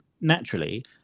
naturally